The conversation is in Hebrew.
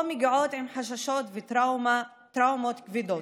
או מגיעות עם חששות וטראומות כבדות,